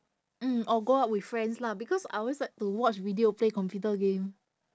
mm or go out with friends lah because I always like to watch video play computer game